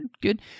good